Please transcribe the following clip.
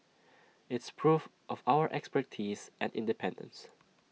it's proof of our expertise and independence